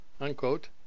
unquote